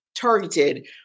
targeted